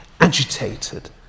Agitated